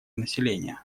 населения